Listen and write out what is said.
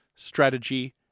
strategy